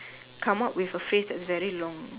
come out with a phrase that's very long